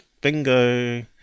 bingo